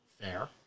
fair